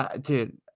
dude